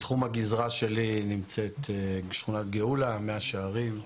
בתחום הגזרה שלי נמצאת שכונת גאולה, מאה שערים,